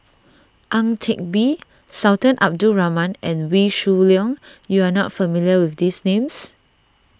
Ang Teck Bee Sultan Abdul Rahman and Wee Shoo Leong you are not familiar with these names